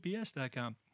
ups.com